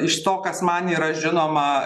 iš to kas man yra žinoma